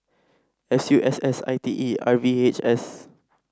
S U S S I T E and R V H S